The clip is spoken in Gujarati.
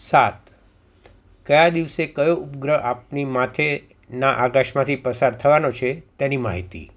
સાત કયા દિવસે કયો ઉપગ્રહ આપની માથેના આકાશમાંથી પસાર થવાનો છે તેની માહિતી